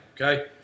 okay